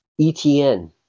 ETN